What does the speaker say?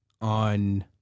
on